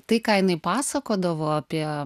tai ką jinai pasakodavo apie